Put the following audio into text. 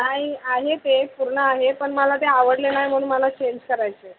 नाही आहे ते पूर्ण आहे पण मला ते आवडले नाही म्हणून मला चेंज करायचे आहेत